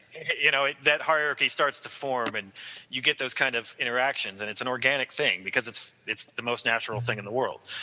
you know that hierarchy starts to form and you get those kind of interactions and it's an organic thing because it's it's the most natural thing in the world,